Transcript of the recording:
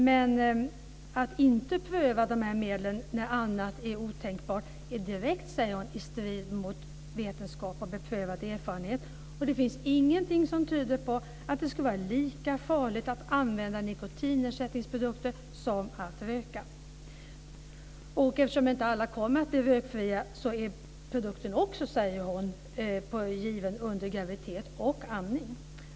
Men att inte pröva de här medlen när annat är otänkbart är direkt, säger hon, i strid mot vetenskap och beprövad erfarenhet och att det inte finns något som tyder på att det skulle vara lika farligt att använda nikotinersättningsprodukter som att röka. Eftersom inte alla kommer att bli rökfria är produkten också, säger hon, given under graviditet och vid amning.